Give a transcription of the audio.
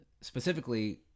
specifically